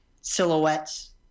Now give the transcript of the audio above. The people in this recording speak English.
silhouettes